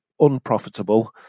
unprofitable